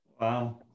wow